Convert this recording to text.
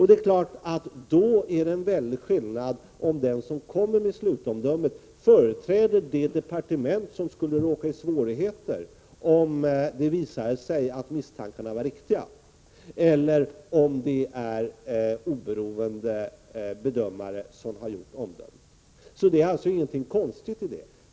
Det är klart att det är en stor skillnad 107 mellan om den person som avger slutomdömet företräder det departement som skulle råka i svårigheter om det visar sig att misstankarna är riktiga och om det är en oberoende bedömare som avger slutomdömet. Det är alltså inget konstigt i detta.